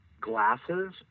glasses